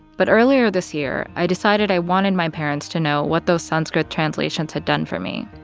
but earlier this year, i decided i wanted my parents to know what those sanskrit translations had done for me.